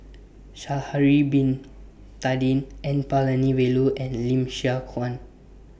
Sha'Ari Bin Tadin N Palanivelu and Lim Siong Guan